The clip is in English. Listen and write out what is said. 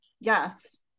yes